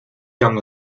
young